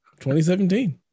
2017